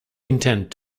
intend